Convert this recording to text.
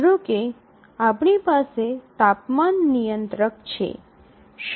ધારો કે આપણી પાસે તાપમાન નિયંત્રક છે